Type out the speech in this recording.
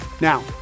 Now